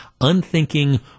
unthinking